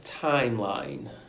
timeline